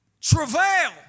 Travail